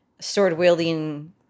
sword-wielding